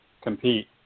compete